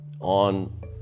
on